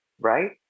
right